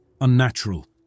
unnatural